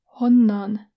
Honnan